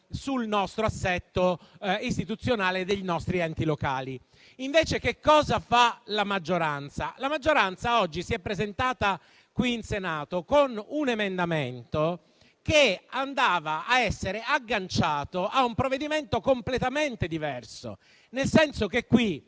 sul nostro assetto istituzionale e sui nostri enti locali. Invece, cosa fa la maggioranza? La maggioranza oggi si è presentata in Senato con un emendamento agganciato a un provvedimento completamente diverso. Qui stiamo infatti